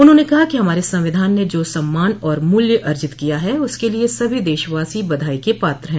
उन्होंने कहा कि हमारे संविधान ने जो सम्मान और मूल्य अर्जित किया है उसके लिए सभी देशवासी बधाई के पात्र हैं